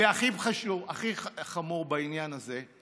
והכי חמור בעניין הזה,